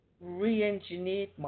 re-engineered